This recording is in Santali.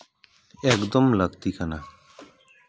ᱮᱠᱫᱚᱢ ᱞᱟᱹᱠᱛᱤ ᱠᱟᱱᱟ